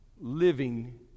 living